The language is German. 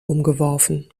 umgeworfen